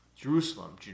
Jerusalem